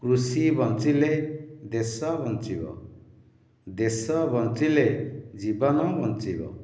କୃଷି ବଞ୍ଚିଲେ ଦେଶ ବଞ୍ଚିବ ଦେଶ ବଞ୍ଚିଲେ ଜୀବନ ବଞ୍ଚିବ